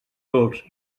dolç